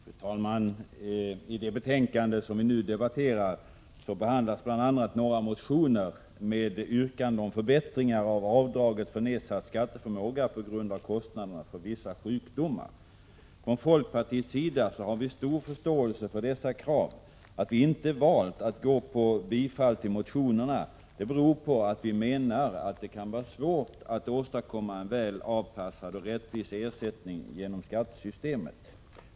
Fru talman! I det betänkande som vi nu debatterar behandlas bl.a. några motioner med yrkanden om förbättringar vad gäller avdraget för nedsatt skatteförmåga på grund av kostnader i samband med vissa sjukdomar. Från folkpartiets sida har vi stor förståelse för dessa krav. Att vi inte valt att yrka bifall till motionerna beror på att vi menar att det kan vara svårt att åstadkomma en väl avpassad och rättvis ersättning genom skattesystemet.